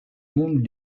monde